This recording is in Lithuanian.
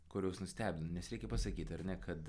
kurios nustebino nes reikia pasakyti ar ne kad